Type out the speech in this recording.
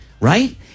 right